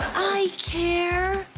i care!